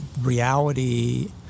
reality